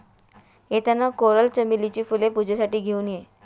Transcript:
येताना कोरल चमेलीची फुले पूजेसाठी घेऊन ये